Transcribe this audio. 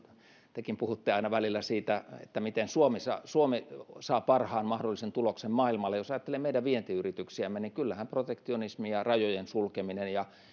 tekin puhutte aina välillä siitä miten suomi saa parhaan mahdollisen tuloksen maailmalla jos ajattelee meidän vientiyrityksiämme niin kyllähän protektionismi ja rajojen sulkeminen ja